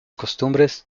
costumbres